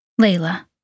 Layla